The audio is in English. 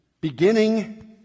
beginning